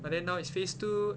but then now is phase two